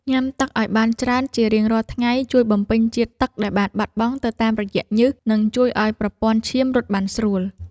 ញ៉ាំទឹកឱ្យបានច្រើនជារៀងរាល់ថ្ងៃជួយបំពេញជាតិទឹកដែលបានបាត់បង់ទៅតាមរយៈញើសនិងជួយឱ្យប្រព័ន្ធឈាមរត់បានស្រួល។